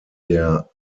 der